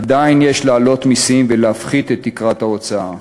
עדיין יש להעלות מסים ולהפחית את תקרת ההוצאה.